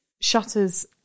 Shutters